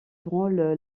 branle